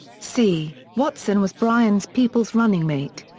c watson was bryan's people's running mate.